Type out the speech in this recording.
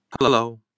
Hello